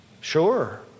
Sure